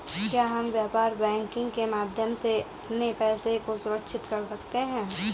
क्या हम व्यापार बैंकिंग के माध्यम से अपने पैसे को सुरक्षित कर सकते हैं?